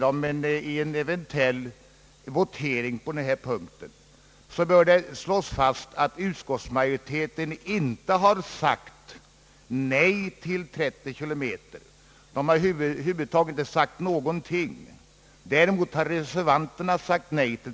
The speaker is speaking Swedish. Om det eventuellt blir votering bör det slås fast, att utskottsmajoriteten inte har sagt nej till 30 kilometer. Den har över huvud taget inte sagt någonting. Däremot har reservanterna sagt nej.